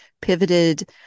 pivoted